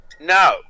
No